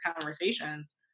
conversations